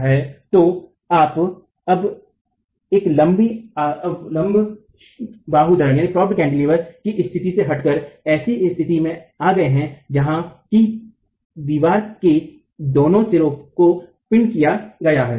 तो आप अब एक लम्बी अवलम्ब बाहुधरण की स्थिति से हटकर ऐसी स्थिति में आ गए हैं जहाँ दीवार को दोनों सिरों को पिन किया गया है